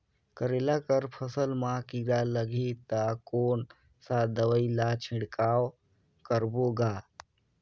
करेला कर फसल मा कीरा लगही ता कौन सा दवाई ला छिड़काव करबो गा?